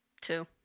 Two